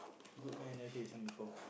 good meh never hear his name before